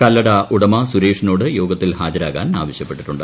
കല്ലട ഉടമ സുരേഷിനോട് യോഗത്തിൽ ഹാജരാകാൻ ആവശ്യപ്പെട്ടിട്ടുണ്ട്